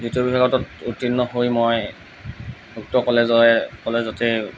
দ্বিতীয় বিভাগত উত্তীৰ্ণ হৈ মই উক্ত কলেজৰে কলেজতে